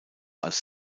als